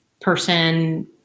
person